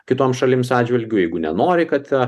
kitoms šalims atžvilgiu jeigu nenori kad